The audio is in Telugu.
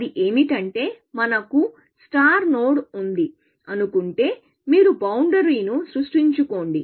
అది ఏమిటంటే మన కు స్టార్ట్ నోడ్ ఉంది అనుకుంటేమీరు బౌండరీ ను సృష్టించుకోండి